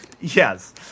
Yes